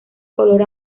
color